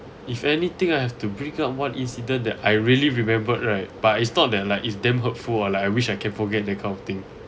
if anything I have to break up what incident that I really remember right but it's not that like it's damn hurtful or like I wish I can forget that kind of thing